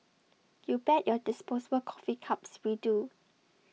you bet your disposable coffee cups we do